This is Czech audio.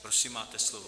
Prosím, máte slovo.